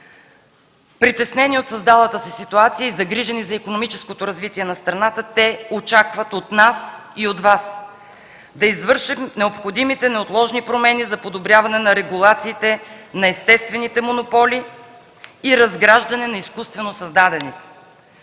Притеснени от създалата се ситуация и загрижени за икономическото развитие на страната, те очакват от нас и от Вас да извършим необходимите неотложни промени за подобряване на регулациите на естествените монополи и „разграждане” на изкуствено създадените,